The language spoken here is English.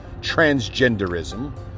transgenderism